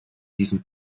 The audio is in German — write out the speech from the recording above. diesem